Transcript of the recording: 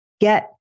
get